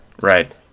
Right